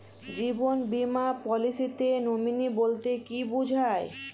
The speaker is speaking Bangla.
জীবন বীমা পলিসিতে নমিনি বলতে কি বুঝায়?